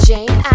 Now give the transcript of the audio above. Jane